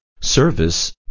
service